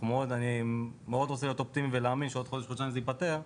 אני מאוד רוצה להיות אופטימי ו להאמין שעוד חודש חודשיים זה ייפתר,